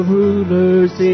rulers